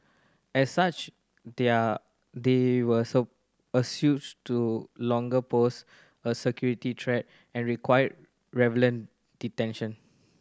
as such they are they were so assessed to no longer pose a security threat and required revenant detention